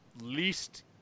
least